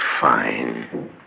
Fine